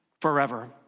forever